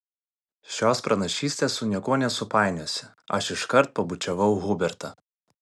šios pranašystės su niekuo nesupainiosi aš iškart pabučiavau hubertą